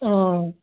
ହଁ